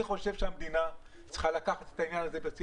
אני חושב שהמדינה צריכה לקחת את העניין הזה.